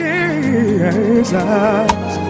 Jesus